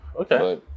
Okay